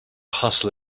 hustle